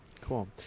cool